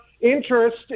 interest